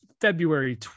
February